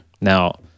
Now